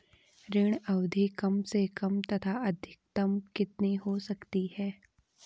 ऋण अवधि कम से कम तथा अधिकतम कितनी हो सकती है?